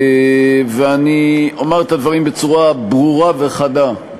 ואני אומר את הדברים בצורה ברורה וחדה,